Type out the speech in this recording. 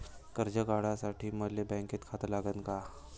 कर्ज काढासाठी मले बँकेत खातं लागन का?